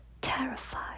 terrified